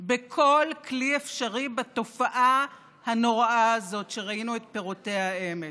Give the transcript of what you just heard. בכל כלי אפשרי בתופעה הנוראה הזאת שראינו את פירותיה אמש.